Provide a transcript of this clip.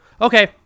Okay